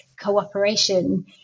cooperation